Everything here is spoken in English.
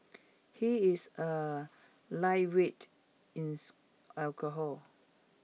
he is A lightweight in alcohol